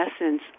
essence